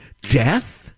death